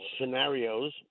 Scenarios